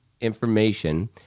information